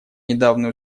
недавние